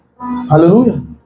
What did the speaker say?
Hallelujah